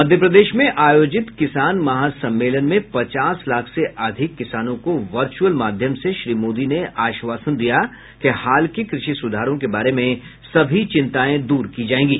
मध्यप्रदेश में आयोजित किसान महा सम्मेलन में पचास लाख से अधिक किसानों को वर्चुअल माध्यम से श्री मोदी ने आश्वासन दिया कि हाल के कृषि सुधारों के बारे में सभी चिंताएं दूर की जाएंगी